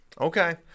okay